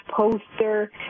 poster